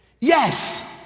yes